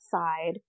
side